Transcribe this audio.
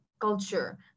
culture